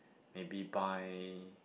maybe buy